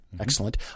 Excellent